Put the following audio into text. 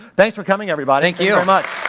thanks for coming everybody. yeah but